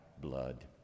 blood